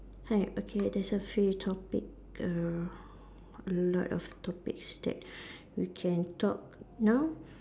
hi okay there's a few topic err a lot of topics that we can talk now